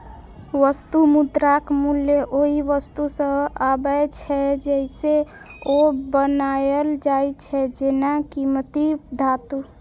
वस्तु मुद्राक मूल्य ओइ वस्तु सं आबै छै, जइसे ओ बनायल जाइ छै, जेना कीमती धातु